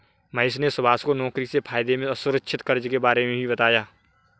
महेश ने सुभाष को नौकरी से फायदे में असुरक्षित कर्ज के बारे में भी बताया